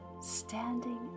standing